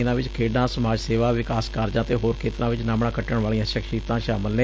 ਇਨਾਂ ਚ ਖੇਡਾਂ ਸਮਾਜ ਸੇਵਾ ਵਿਕਾਸ ਕਾਰਜਾਂ ਅਤੇ ਹੋਰ ਖੇਡਰਾਂ ਚ ਨਾਮਣਾ ਖੱਟਣ ਵਾਲੀਆਂ ਸ਼ਖਸੀਅਤਾਂ ਸ਼ਾਮਲ ਨੇ